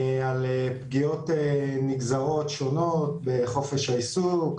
על פגיעות נגזרות שונות בחופש העיסוק,